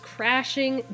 Crashing